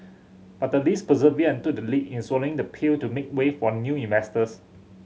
but the Lees persevered and took the lead in swallowing the pill to make way for new investors